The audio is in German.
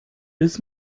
bis